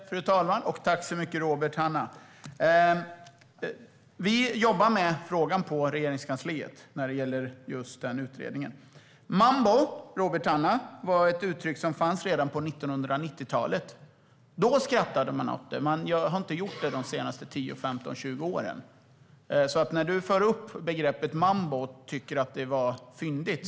Fru talman! Tack så mycket, Robert Hannah! Vi jobbar med frågan om just den utredningen på Regeringskansliet. Mambo, Robert Hannah, var ett uttryck som fanns redan på 1990-talet. Då skrattade man åt det. Man har inte gjort det de senaste 15-20 åren. Du för upp begreppet mambo och tycker att det är fyndigt.